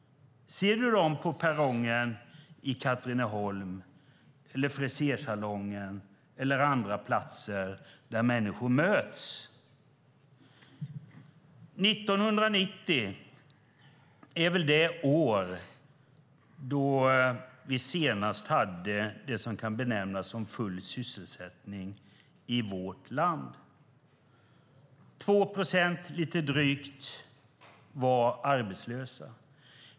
Ser du dem på perrongen i Katrineholm, på frisersalongen eller på andra platser där människor möts? År 1990 är väl det år då vi senast hade det som kan benämnas full sysselsättning i vårt land. Lite drygt 2 procent var arbetslösa.